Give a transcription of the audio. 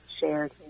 shared